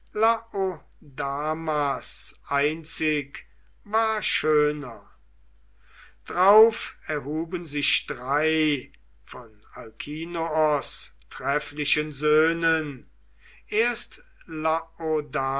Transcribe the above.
laodamas einzig war schöner drauf erhuben sich drei von alkinoos trefflichen söhnen erst